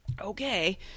okay